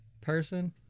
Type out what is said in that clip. person